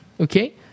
Okay